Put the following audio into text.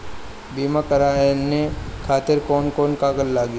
बीमा कराने खातिर कौन कौन कागज लागी?